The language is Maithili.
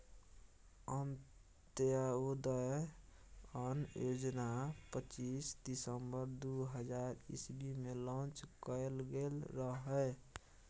अंत्योदय अन्न योजना पच्चीस दिसम्बर दु हजार इस्बी मे लांच कएल गेल रहय